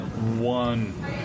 One